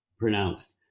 pronounced